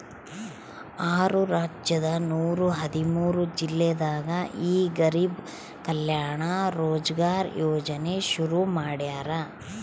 ಆರು ರಾಜ್ಯದ ನೂರ ಹದಿಮೂರು ಜಿಲ್ಲೆದಾಗ ಈ ಗರಿಬ್ ಕಲ್ಯಾಣ ರೋಜ್ಗರ್ ಯೋಜನೆ ಶುರು ಮಾಡ್ಯಾರ್